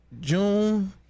June